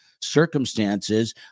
circumstances